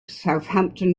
southampton